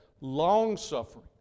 long-suffering